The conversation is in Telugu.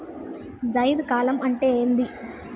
జైద్ కాలం అంటే ఏంది?